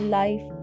life